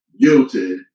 guilty